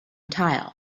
tile